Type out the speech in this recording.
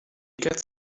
gets